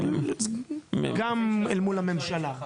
גם אל מול הממשלה.